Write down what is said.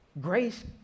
grace